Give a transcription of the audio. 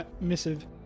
missive